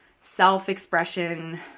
self-expression